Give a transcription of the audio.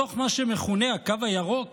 בתוך מה שמכונה הקו הירוק